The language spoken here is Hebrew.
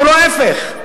ולא ההיפך.